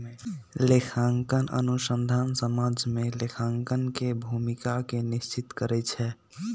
लेखांकन अनुसंधान समाज में लेखांकन के भूमिका के निश्चित करइ छै